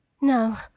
No